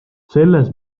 selles